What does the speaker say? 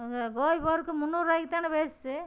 அங்கே கோபி போறதுக்கு முன்னூறு ரூபாய்க்கு தானே பேசுச்சு